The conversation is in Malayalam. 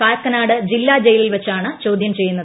കാക്കനാട് ജില്ലാ ജയിലിൽ വെച്ചാണ് ചോദ്യം ചെയ്യുന്നത്